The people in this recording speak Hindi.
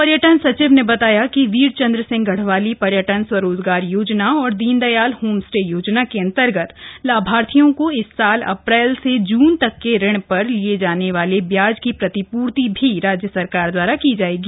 पर्यटन सचिव ने बताया कि वीर चन्द्र सिंह गढ़वाली पर्यटन स्वरोजगार योजना और दीन दयाल होम स्टे योजना के अन्तर्गत लाभार्थियों को इस साल अप्रैल से जून तक के ऋण पर लिये जाने वाले ब्याज की प्रतिपूर्ति भी राज्य सरकार द्वारा की जायेगी